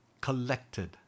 collected